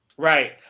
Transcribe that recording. Right